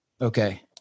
Okay